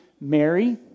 Mary